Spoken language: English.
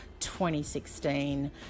2016